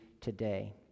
today